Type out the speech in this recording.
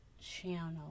channel